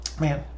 man